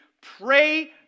pray